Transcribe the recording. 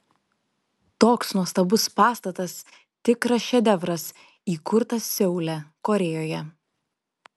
toks nuostabus pastatas tikras šedevras įkurtas seule korėjoje